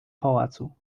pałacu